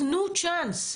תנו צ'אנס.